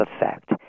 effect